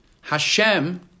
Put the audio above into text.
Hashem